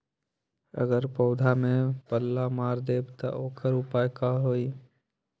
अगर पौधा में पल्ला मार देबे त औकर उपाय का होई?